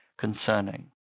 concerning